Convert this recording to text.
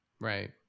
Right